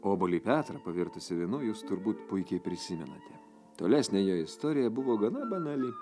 obuolį petrą pavirtusį vynu jūs turbūt puikiai prisimenate tolesnė jo istorija buvo gana banali